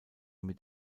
mit